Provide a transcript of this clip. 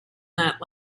that